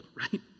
right